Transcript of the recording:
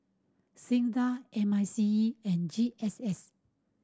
SINDA M I C E and G S S